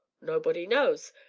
nobody knows,